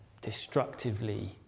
destructively